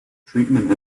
treatment